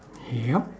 yup